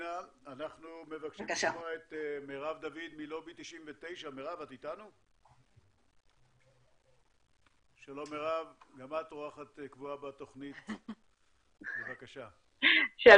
אנחנו מבקשים את מרב דוד מלובי 99. גם את אורחת קבועה בתוכנית,